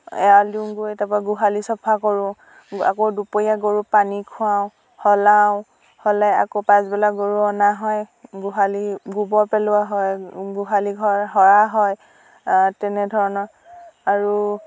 এৰাল দিওঁগৈ তাৰ পৰা গোঁহালি চাফা কৰোঁ আকৌ দুপৰীয়া গৰুক পানী খুৱাওঁ সলাওঁ সলাই আকৌ পাছবেলা গৰু অনা হয় গোঁহালিৰ গোবৰ পেলোৱা হয় গোঁহালি ঘৰ সৰা হয় তেনেধৰণৰ আৰু